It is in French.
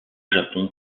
japon